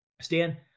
Stan